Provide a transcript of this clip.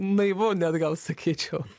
naivu net gal sakyčiau